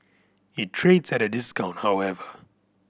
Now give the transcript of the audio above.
it trades at a discount however